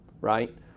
right